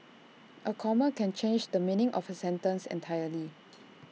A comma can change the meaning of A sentence entirely